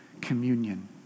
communion